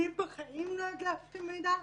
אני בחיים לא הדלפתי מידע,